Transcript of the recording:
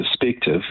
perspective